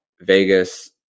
Vegas